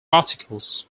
articles